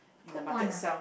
cooked one ah